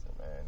man